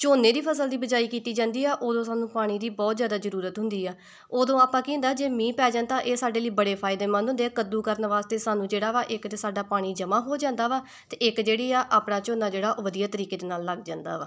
ਝੋਨੇ ਦੀ ਫ਼ਸਲ ਦੀ ਬਿਜਾਈ ਕੀਤੀ ਜਾਂਦੀ ਆ ਉਦੋਂ ਸਾਨੂੰ ਪਾਣੀ ਦੀ ਬਹੁਤ ਜ਼ਿਆਦਾ ਜ਼ਰੂਰਤ ਹੁੰਦੀ ਆ ਉਦੋਂ ਆਪਾਂ ਕੀ ਹੁੰਦਾ ਜੇ ਮੀਂਹ ਪੈ ਜਾਣ ਤਾਂ ਇਹ ਸਾਡੇ ਲਈ ਬੜੇ ਫਾਇਦੇਮੰਦ ਹੁੰਦੇ ਕੱਦੂ ਕਰਨ ਵਾਸਤੇ ਸਾਨੂੰ ਜਿਹੜਾ ਵਾ ਇੱਕ ਤਾਂ ਸਾਡਾ ਪਾਣੀ ਜਮ੍ਹਾਂ ਹੋ ਜਾਂਦਾ ਵਾ ਅਤੇ ਇੱਕ ਜਿਹੜੀ ਆ ਆਪਣਾ ਝੋਨਾ ਜਿਹੜਾ ਉਹ ਵਧੀਆ ਤਰੀਕੇ ਦੇ ਨਾਲ਼ ਲੱਗ ਜਾਂਦਾ ਵਾ